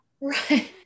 Right